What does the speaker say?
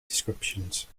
descriptions